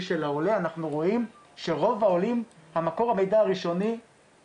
של העולה אנחנו רואים שמקור המידע הראשוני לרוב העולים,